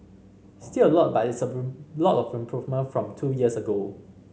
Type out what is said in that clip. still a lot but it's a lot of improvement from two years ago